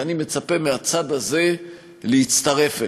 ואני מצפה מהצד הזה להצטרף אליה.